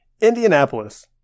Indianapolis